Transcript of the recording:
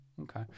Okay